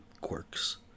quirks